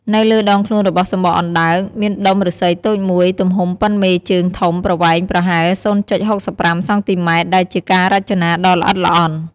នៅលើដងខ្លួនរបស់សំបកអណ្តើក មានដុំឫស្សីតូចមួយទំហំប៉ុនមេជើងធំ ប្រវែងប្រហែល ០.៦៥ សង់ទីម៉ែត្រ ដែលជាការរចនាដ៏ល្អិតល្អន់។